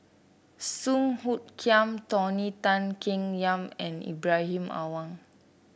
Song Hoot Kiam Tony Tan Keng Yam and Ibrahim Awang